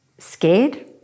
Scared